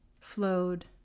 flowed